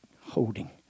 holding